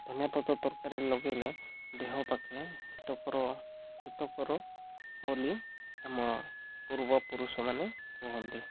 ଧନିଆପତ୍ର ତରକାରୀ ଲଗେଇଲେ ଦେହ ପାଖେ ହିତକର ହିତକର ବୋଲି ଆମ ପୂର୍ବ ପୁରୁଷମାନେ କୁହନ୍ତି